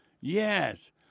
Yes